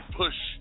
push